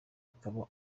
akaba